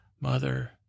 Mother